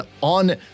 on